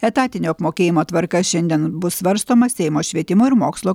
etatinio apmokėjimo tvarka šiandien bus svarstoma seimo švietimo ir mokslo